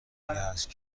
هست